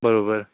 बरोबर